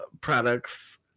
products